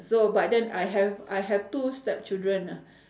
so but then I have I have two step children ah